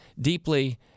deeply